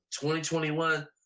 2021